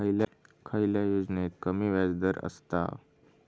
खयल्या योजनेत कमी व्याजदर असता?